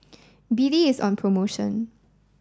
B D is on promotion